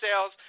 sales